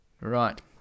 Right